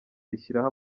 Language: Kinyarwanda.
rishyiraho